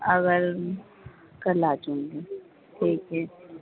اگر کل آ جائوں گی ٹھیک ہے